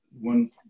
one